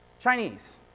Chinese